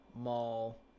mall